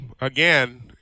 again